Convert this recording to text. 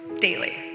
daily